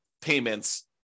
payments